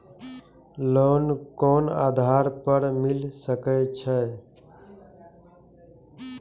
Loan कोन आधार पर मिल सके छे?